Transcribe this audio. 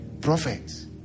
Prophets